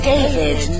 David